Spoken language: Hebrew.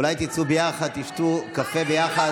אולי תצאו ביחד, תשתו קפה ביחד.